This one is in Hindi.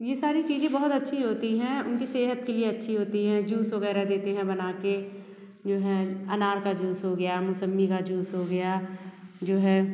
ये सारी चीज़े बहुत अच्छी होती हैं उनकी सेहत के लिए अच्छी होती हैं जूस वग़ैरह देते हैं बना के जो है अनार का जूस हो गया मौसम्बी का जूस हो गया जो है